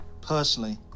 personally